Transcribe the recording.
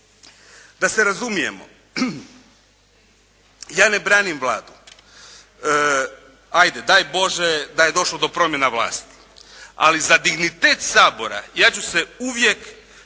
Da se razumijemo, ja ne branim Vladu, ajde daj Bože da je došlo do promjene vlasti, ali za dignitet Sabora ja ću se uvijek